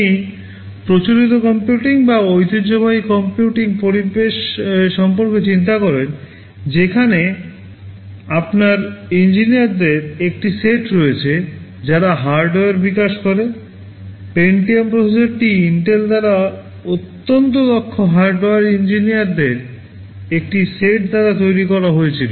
আপনি প্রচলিত কম্পিউটিং বা ঐতিহ্যবাহী কম্পিউটিং পরিবেশ সম্পর্কে চিন্তা করেন যেখানে আপনার ইঞ্জিনিয়ারদের একটি সেট রয়েছে যারা হার্ডওয়্যার বিকাশ করে পেন্টিয়াম প্রসেসরটি দ্বারা অত্যন্ত দক্ষ হার্ডওয়্যার ইঞ্জিনিয়ারদের একটি সেট দ্বারা তৈরি করা হয়েছিল